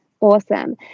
Awesome